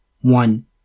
One